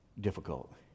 difficult